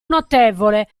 notevole